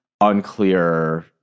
unclear